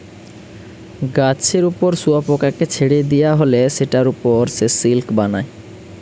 গাছের উপর শুয়োপোকাকে ছেড়ে দিয়া হলে সেটার উপর সে সিল্ক বানায়